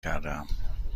کردهام